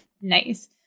Nice